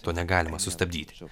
to negalima sustabdyti